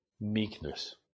meekness